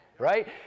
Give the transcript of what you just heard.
right